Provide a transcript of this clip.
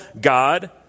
God